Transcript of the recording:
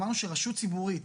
אמרנו שרשות ציבורית,